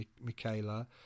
Michaela